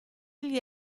gli